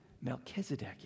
Melchizedek